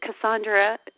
Cassandra